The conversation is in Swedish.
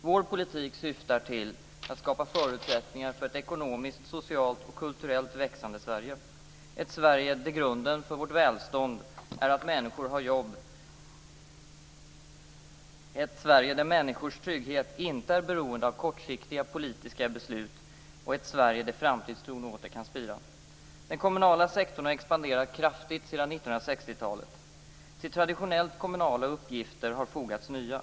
Vår politik syftar till att skapa förutsättningar för ett ekonomiskt, social och kulturellt växande Sverige - ett Sverige där grunden för vårt välstånd är att människor har jobb, ett Sverige där människors trygghet inte är beroende av kortsiktiga politiska beslut och ett Sverige där framtidstron åter kan spira. Den kommunala sektorn har expanderat kraftigt sedan 1960-talet. Till traditionellt kommunala uppgifter har fogats nya.